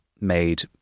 made